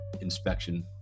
inspection